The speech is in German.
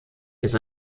ist